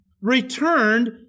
returned